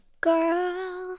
Girl